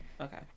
okay